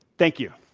thank you.